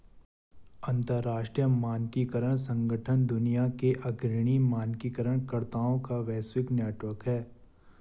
अंतर्राष्ट्रीय मानकीकरण संगठन दुनिया के अग्रणी मानकीकरण कर्ताओं का वैश्विक नेटवर्क है